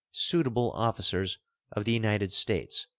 suitable officers of the united states,